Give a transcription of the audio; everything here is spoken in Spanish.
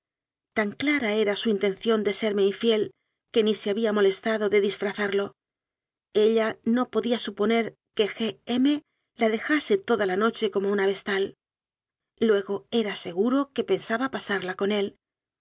tan clara era su intención de serme infiel que ni se había molestado en disfra zarlo ella no podía suponer que g m la dejase toda la noche como una vestal luego era seguro que pensaba pasarla con él